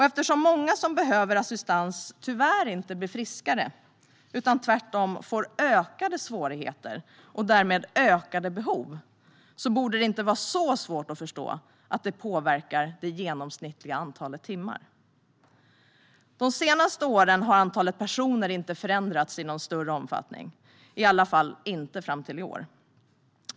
Eftersom många som behöver assistans tyvärr inte blir friskare, utan tvärtom får ökade svårigheter och därmed ökade behov, borde det inte vara svårt att förstå att detta påverkar det genomsnittliga antalet timmar. De senaste åren har antalet personer inte förändrats i någon större omfattning, i alla fall inte fram till i år.